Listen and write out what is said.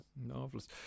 Marvelous